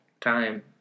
Time